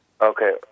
Okay